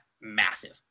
massive